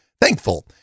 thankful